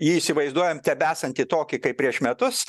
jį įsivaizduojam tebesantį tokį kaip prieš metus